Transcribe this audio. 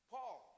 Paul